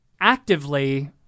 actively